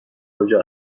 کجا